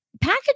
package